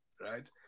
right